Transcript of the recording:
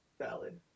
valid